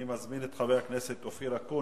אני מזמין את חבר הכנסת אופיר אקוניס.